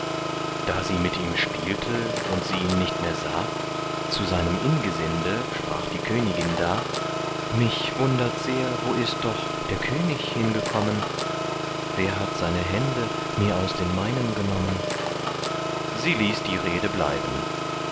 da sie mit ihm spielte und sie ihn nicht mehr sah zu seinem ingesinde sprach die königin da mich wundert sehr wo ist doch der könig hingekommen wer hat seine hände mir aus den meinen genommen sie ließ die rede bleiben